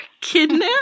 kidnap